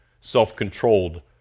self-controlled